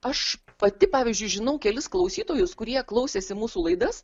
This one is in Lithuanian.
aš pati pavyzdžiui žinau kelis klausytojus kurie klausėsi mūsų laidas